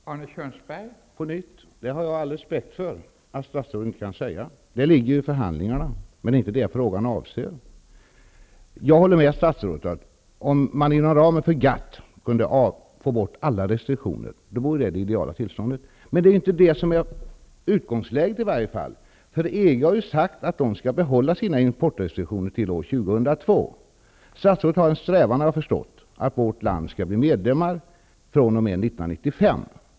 Fru talman! På nytt vill jag säga att jag har all respekt för att statsrådet inte kan uttala sig i det avseendet. Det här ligger ju i förhandlingarna. Dessutom var det inte detta som jag avsåg med min fråga. Jag håller med statsrådet om att det vore ett idealtillstånd om det inom GATT-ramen gick att få bort alla restriktioner. Men det är inte utgångsläget. Från EG har det ju sagts att man skall behålla sina importrestriktioner till år 2002. Såvitt jag förstår strävar statsrådet efter att vårt land är medlem fr.o.m. 1995.